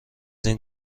این